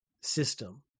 system